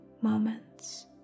moments